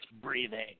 breathing